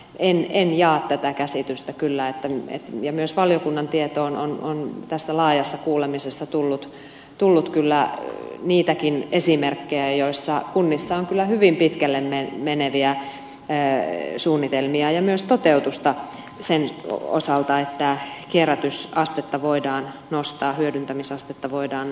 en jaa tätä käsitystä kyllä ja myös valiokunnan tietoon on tässä laajassa kuulemisessa tullut kyllä niitäkin esimerkkejä joissa kunnissa on hyvin pitkälle meneviä suunnitelmia ja myös toteutusta sen osalta että kierrätysastetta voidaan nostaa hyödyntämisastetta voidaan nostaa